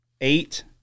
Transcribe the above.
eight